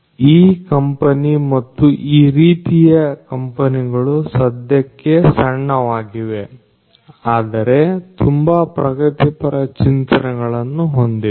ಈ ಕಂಪನಿ ಮುತ್ತು ಈ ರೀತಿಯ ಕಂಪನಿಗಳು ಸದ್ಯಕ್ಕೆ ಸಣ್ಣವಾಗಿವೆ ಆದರೆ ತುಂಬಾ ಪ್ರಗತಿಪರ ಚಿಂತನೆಗಳನ್ನು ಹೊಂದಿವೆ